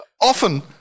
often